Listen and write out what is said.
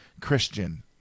Christian